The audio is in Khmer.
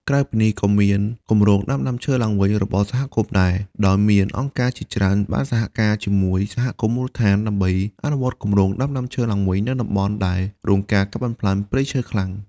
ក្រៅពីនេះក៏មានគម្រោងដាំដើមឈើឡើងវិញរបស់សហគមន៍ដែរ ដោយមានអង្គការជាច្រើនបានសហការជាមួយសហគមន៍មូលដ្ឋាន ដើម្បីអនុវត្តគម្រោងដាំដើមឈើឡើងវិញនៅតំបន់ដែលរងការកាប់បំផ្លាញព្រៃឈើខ្លាំង។